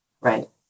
right